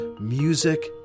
music